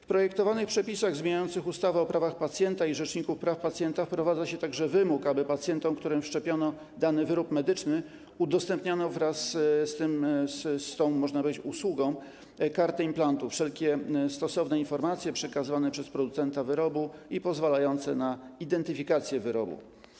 W projektowanych przepisach zmieniających ustawę o prawach pacjenta i Rzeczniku Praw Pacjenta wprowadza się również wymóg, aby pacjentom, którym wszczepiono dany wyrób medyczny, udostępniano wraz z tą, można powiedzieć, usługą, wraz z kartą implantu wszelkie stosowne informacje przekazywane przez producenta wyrobu i pozwalające na identyfikację wyrobu.